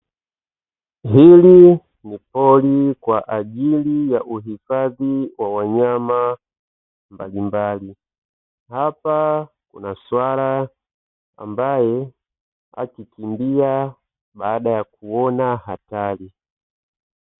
Hili ni pori kwa ajili ya uhifadhi wa wanyama mbalimbali, hapa kuna swala ambaye akikimbia baada ya kuona hatari.